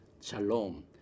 Shalom